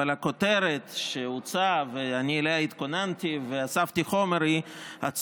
אבל הכותרת שהוצעה והתכוננתי אליה ואספתי חומר היא: